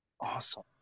Awesome